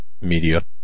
media